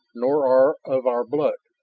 nor are of our blood.